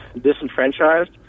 disenfranchised